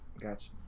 Gotcha